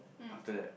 after that